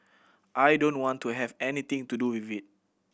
I don't want to have anything to do with it